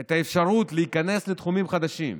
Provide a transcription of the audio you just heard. את האפשרות להיכנס לתחומים חדשים,